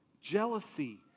jealousy